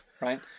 right